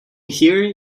here